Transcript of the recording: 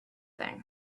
thing